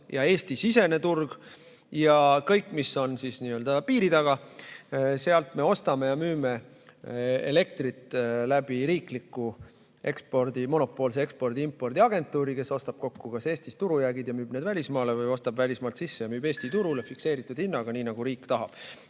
Eesti-sisene turg. Ja kõik, mis on n‑ö piiri taga, sealt me ostame ja müüme elektrit läbi riikliku monopoolse ekspordi-impordiagentuuri, kes ostab kokku Eestis turujäägid ja müüb need välismaale või ostab välismaalt sisse ja müüb Eesti turule fikseeritud hinnaga, nii nagu riik tahab.